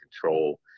control